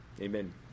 Amen